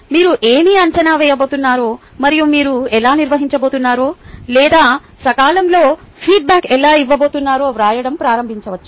మీరు ఏమి అంచనా వేయబోతున్నారో మరియు మీరు ఎలా నిర్వహించబోతున్నారో లేదా సకాలంలో ఫీడ్ బ్యాక్ ఎలా ఇవ్వబోతున్నారో వ్రాయడం ప్రారంభించవచ్చు